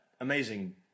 Amazing